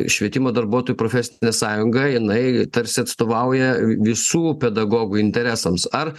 švietimo darbuotojų profesinė sąjunga jinai tarsi atstovauja visų pedagogų interesams ar